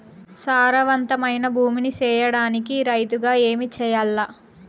సారవంతమైన భూమి నీ సేయడానికి రైతుగా ఏమి చెయల్ల?